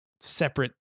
separate